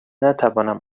نتوانم